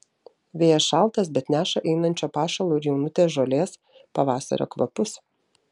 vėjas šaltas bet neša einančio pašalo ir jaunutės žolės pavasario kvapus